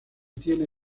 tiene